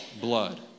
blood